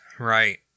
Right